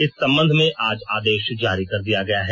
इस संबंध में आज आदेश जारी कर दिया गया है